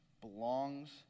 belongs